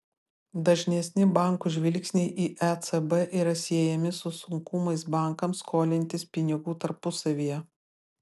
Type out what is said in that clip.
dažnesni bankų žvilgsniai į ecb yra siejami su sunkumais bankams skolintis pinigų tarpusavyje